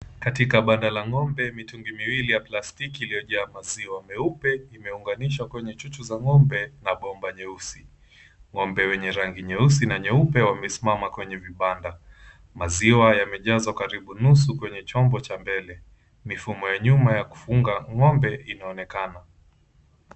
Katika banda la ng'ombe mitungi miwili ya plastiki iliyojaa maziwa meupe imeunganishwa kwenye chuchu za ng'ombe na bomba jeusi. Ng'ombe wenye rangi nyeusi na nyeupe wamesimama kwenye vibanda. Maziwa yamejazwa karibu nusu kwenye chombo cha mbele. Mifumo ya nyuma ya kufunga ng'ombe inaonekana.